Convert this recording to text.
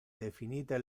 definite